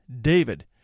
David